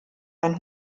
ein